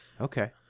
Okay